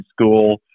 school